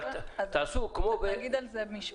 אז רק אגיד על זה משפט.